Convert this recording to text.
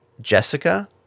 Jessica